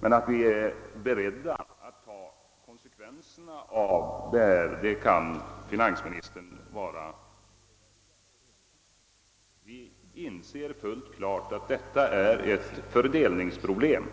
Men att vi är beredda att ta konsekvenserna av en sådan reform, det kan finansministern vara övertygad om. Vi inser fullt klart att detta är ett fördelningsproblem,